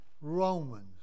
Romans